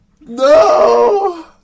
No